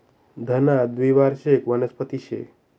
धना द्वीवार्षिक वनस्पती शे